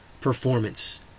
performance